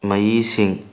ꯃꯌꯤꯁꯤꯡ